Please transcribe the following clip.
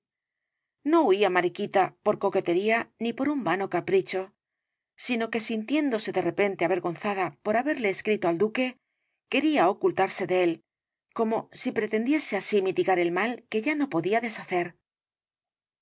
no huía mariquita por coquetería ni por un vano capricho sino que sintiéndose de repente avergonzada por haberle escrito al duque quería ocultarse de él como si pretendiese así mitigar el mal que ya no podía deshacer